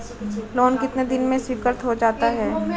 Loan कितने दिन में स्वीकृत हो जाता है?